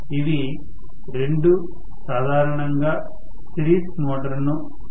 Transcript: ఇవి రెండూ సాధారణంగా సిరీస్ మోటారును ఉపయోగిస్తాయి